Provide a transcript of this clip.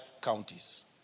counties